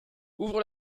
ouvre